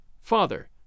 father